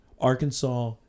Arkansas